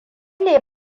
ne